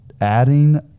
adding